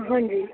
ਹਾਂਜੀ